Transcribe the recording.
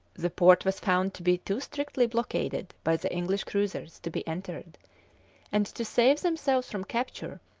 the port was found to be too strictly blockaded by the english cruisers to be entered and, to save themselves from capture,